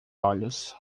olhos